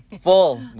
full